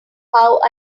how